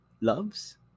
loves